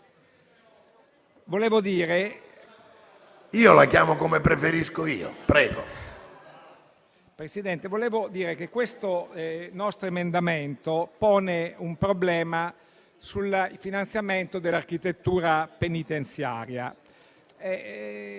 Vorrei dire che questo nostro emendamento pone il problema del finanziamento dell'architettura penitenziaria.